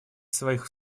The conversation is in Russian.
своих